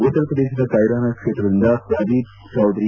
ಉತ್ತರಪ್ರದೇಶದ ಕೈರಾನಾ ಕ್ಷೇತ್ರದಿಂದ ಪ್ರದೀಪ್ ಚೌಧರಿ